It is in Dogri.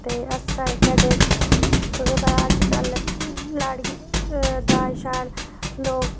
ते हस्सा खेढ़ा दी तुसेंगी पता लाड़ियें गी दाज़ लोक शैल